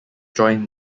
joint